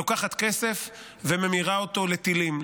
לוקחת כסף וממירה אותו לטילים,